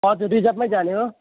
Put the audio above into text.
हजुर रिजर्भमै जाने हो